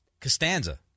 Costanza